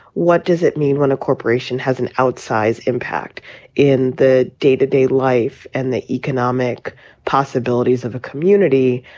what does it mean when a corporation has an outsize impact in the day to day life and the economic possibilities of a community?